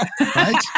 Right